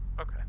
Okay